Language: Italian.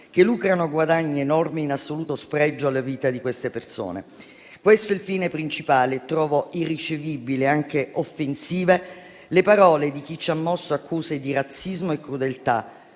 che lucrano guadagni enormi in assoluto spregio alla vita di queste persone. Questo è il fine principale. Trovo irricevibili e anche offensive le parole di chi ci ha mosso accuse di razzismo e crudeltà: